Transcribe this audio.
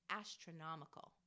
astronomical